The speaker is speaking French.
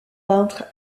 peintre